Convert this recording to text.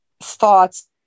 thoughts